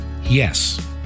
yes